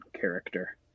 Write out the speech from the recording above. character